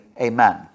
amen